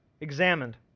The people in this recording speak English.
examined